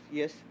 yes